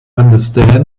understand